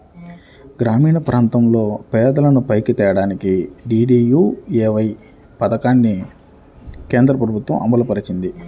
గ్రామీణప్రాంతాల్లో పేదలను పైకి తేడానికి డీడీయూఏవై పథకాన్ని కేంద్రప్రభుత్వం అమలుపరిచింది